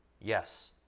yes